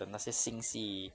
的那些新戏